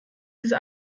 diese